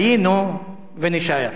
היינו ונישאר.